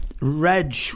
Reg